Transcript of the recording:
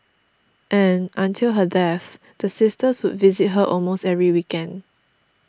and until her death the sisters would visit her almost every weekend